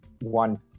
one